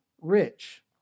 rich